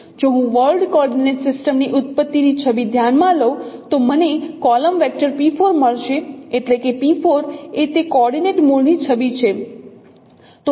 જો હું world coordinate system ની ઉત્પત્તિની છબી ધ્યાનમાં લઉં તો મને કોલમ વેક્ટર p4 મળશે એટલે કે p4 એ તે કોઓર્ડિનેટ મૂળની છબી છે